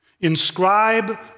Inscribe